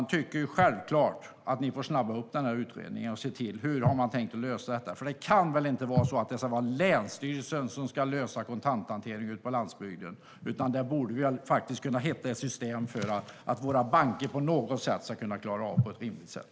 Jag tycker självklart att man får snabba upp utredningen och se på hur man har tänkt lösa detta. För det kan väl inte vara så att det ska vara länsstyrelserna som ska lösa kontanthanteringen ute på landsbygden? Vi borde faktiskt kunna hitta ett system för att våra banker ska kunna klara av det på ett rimligt sätt.